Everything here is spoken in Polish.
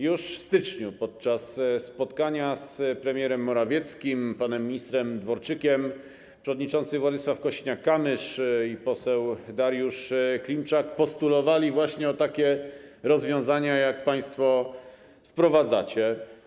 Już w styczniu, podczas spotkania z premierem Morawieckim i panem ministrem Dworczykiem, przewodniczący Władysław Kosiniak-Kamysz i poseł Dariusz Klimczak postulowali właśnie takie rozwiązania, jakie państwo wprowadzacie.